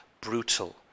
brutal